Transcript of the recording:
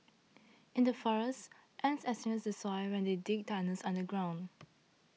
in the forests ants aerate the soil when they dig tunnels underground